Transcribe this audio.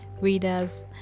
readers